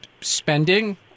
spending